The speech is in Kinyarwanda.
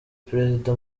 perezida